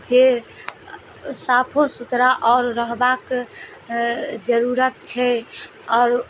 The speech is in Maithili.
जे साफो सुथरा आओर रहबाक जरूरत छै आओर